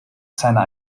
seiner